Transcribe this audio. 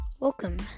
Welcome